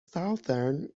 southern